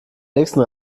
nächsten